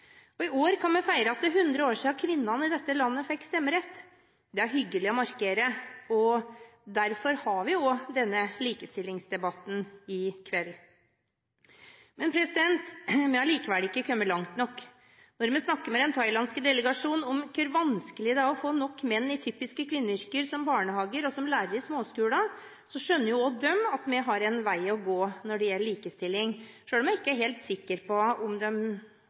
landet. I år kan vi feire at det er 100 år siden kvinnene i dette landet fikk stemmerett. Det er hyggelig å markere. Derfor har vi også denne likestillingsdebatten i kveld. Men vi er allikevel ikke kommet langt nok. Når vi snakker med den thailandske delegasjonen om hvor vanskelig det er å få nok menn i typiske kvinneyrker, som ansatte i barnehager og som lærere i småskolen, skjønner også de at vi har en vei å gå når det gjelder likestilling – selv om jeg ikke er helt sikker på om